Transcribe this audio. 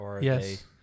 Yes